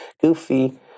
goofy